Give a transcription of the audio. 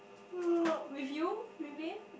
with you with me